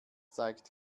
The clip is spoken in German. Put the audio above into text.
zeigt